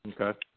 Okay